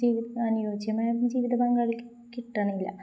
ജീവിത അനുയോജ്യമ ജീവിത പങ്കാളിക്ക് കിട്ടണില്ല